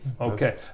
Okay